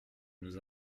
nous